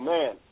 Man